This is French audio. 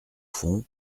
fond